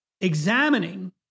examining